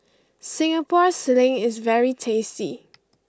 Singapore Sling is very tasty